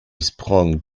sprang